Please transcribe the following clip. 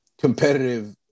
competitive